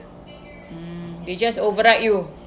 mm they just override you